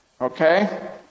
okay